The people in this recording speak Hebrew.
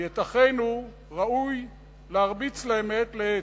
כי אחינו, רצוי להרביץ להם מעת לעת.